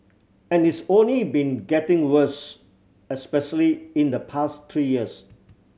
and it's only been getting worse especially in the past three years